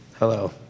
Hello